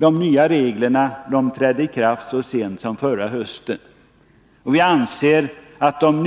De nya reglerna trädde i kraft så sent som förra hösten, och vi anser att de